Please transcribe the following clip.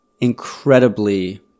incredibly